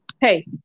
hey